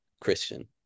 Christian